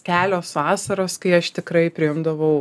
kelios vasaros kai aš tikrai priimdavau